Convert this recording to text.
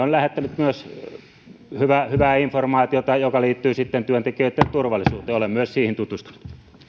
on lähettänyt myös hyvää informaatiota joka liittyy sitten työntekijöitten turvallisuuteen olen myös siihen tutustunut